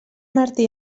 martí